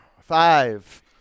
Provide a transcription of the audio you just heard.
Five